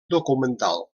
documental